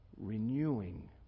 renewing